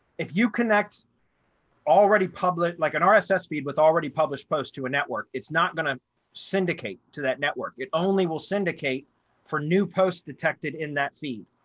if you connect already public like an rss feed with already published post to a network, it's not going to syndicate to that network, it only will syndicate for new posts detected in that feed.